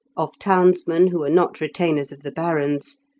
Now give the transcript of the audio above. of townsmen, who are not retainers of the barons,